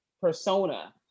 persona